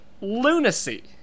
lunacy